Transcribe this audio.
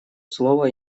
слово